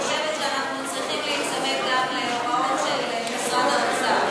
אני רק חושבת שאנחנו צריכים להיצמד גם להוראות של משרד האוצר,